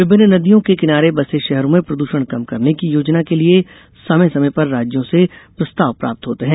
विभिन्न नदियों के किनारे बसे शहरों में प्रदूषण कम करने की योजनाओं के लिए समय समय पर राज्यों से प्रस्ताव प्राप्त होते हैं